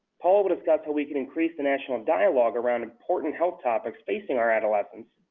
paula will discuss how we can increase the national dialog around important health topics facing our adolescents,